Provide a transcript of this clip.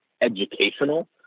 educational